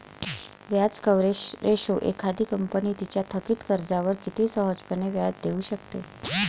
व्याज coverage ratio एखादी company तिच्या थकित कर्जावर किती सहजपणे व्याज देऊ शकते